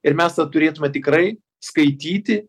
ir mes tą turėtume tikrai skaityti